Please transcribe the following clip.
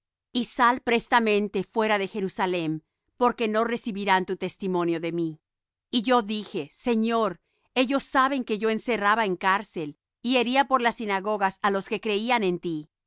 y sal prestamente fuera de jerusalem porque no recibirán tu testimonio de mí y yo dije señor ellos saben que yo encerraba en cárcel y hería por las sinagogas á los que creían en ti